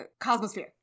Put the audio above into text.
Cosmosphere